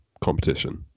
competition